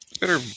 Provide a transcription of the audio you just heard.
Better